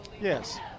Yes